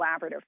collaborative